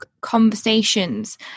conversations